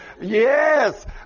yes